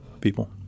people